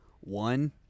one